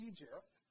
Egypt